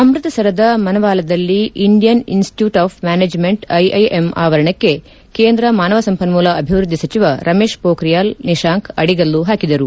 ಅಮೃತ್ಸರದ ಮನವಾಲಾದಲ್ಲಿ Indian institute of management IIM ಆವರಣ ಕೇಂದ್ರ ಮಾನವ ಸಂಪನ್ಮೂಲ ಅಭಿವೃದ್ದಿ ಸಚಿವ ರಮೇಶ್ ಪೋಖ್ರಿಯಾಲ್ ನಿಶಾಂಕ್ ಅಡಿಗಲ್ಲು ಹಾಕಿದರು